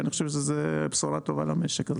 אני חושב שזו בשורה טובה למשק.